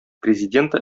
президенты